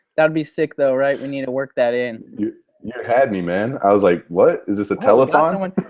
that would be sick though right? we need to work that in. you had me man, i was like, what is this a telethon?